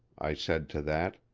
i said to that,